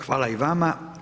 Hvala i vama.